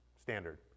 standard